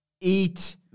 eat